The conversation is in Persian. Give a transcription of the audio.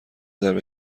ضربه